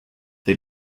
they